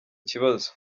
kibazo